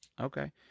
Okay